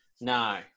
No